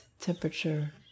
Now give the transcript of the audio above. temperature